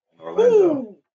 Orlando